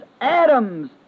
Adam's